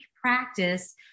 practice